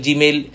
Gmail